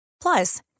Plus